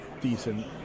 decent